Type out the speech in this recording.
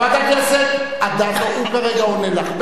חברת הכנסת אדטו, הוא עונה לך כרגע.